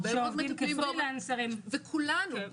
וכולנו,